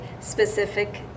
specific